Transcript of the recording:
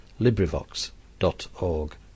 LibriVox.org